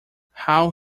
how